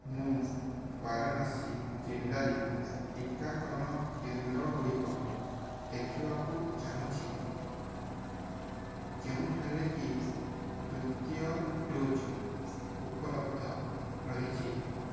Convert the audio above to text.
ମୁଁ ବାରଣାସୀ ଜିଲ୍ଲାରେ ଟିକାକରଣ କେନ୍ଦ୍ର ଗୁଡ଼ିକ ଦେଖିବାକୁ ଚାହୁଁଛି ଯେଉଁଠାରେକି ଦ୍ୱିତୀୟ ଡୋଜ୍ ଉପଲବ୍ଧ ରହିଛି